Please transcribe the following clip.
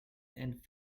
and